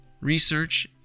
research